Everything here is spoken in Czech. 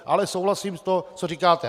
Ale souhlasím s tím, co říkáte.